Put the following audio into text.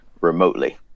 remotely